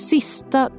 Sista